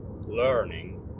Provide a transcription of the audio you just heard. learning